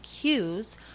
cues